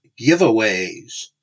giveaways